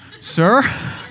sir